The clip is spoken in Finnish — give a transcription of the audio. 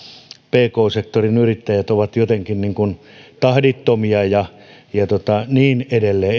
pk sektorin yrittäjät ovat jotenkin tahdittomia ja niin edelleen